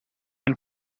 and